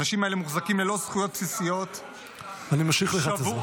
האנשים האלה מוחזקים ללא זכויות בסיסיות -- אני ממשיך לך את הזמן.